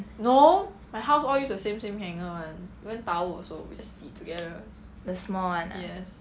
no my house all use the same same hanger [one] even tower also we just 挤 together yes